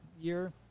year